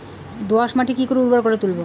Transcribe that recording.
দোয়াস মাটি কিভাবে উর্বর করে তুলবো?